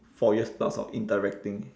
four years plus of interacting